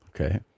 Okay